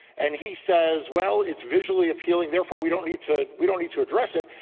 and he says, well, it's visually appealing therefore we don't need to we don't need to address it,